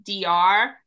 DR